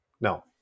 no